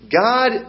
God